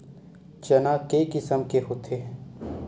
चना के किसम के होथे?